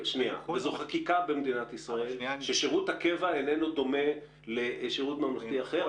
וזו חקיקה במדינת ישראל ששירות הקבע איננו דומה לשירות ממלכתי אחר.